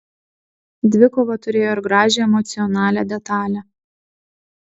dvikova turėjo ir gražią emocionalią detalę